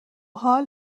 حال